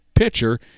pitcher